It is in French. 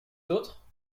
d’autre